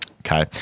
Okay